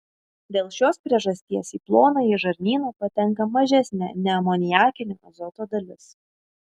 dėl šios priežasties į plonąjį žarnyną patenka mažesnė neamoniakinio azoto dalis